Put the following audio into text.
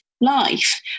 life